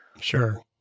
Sure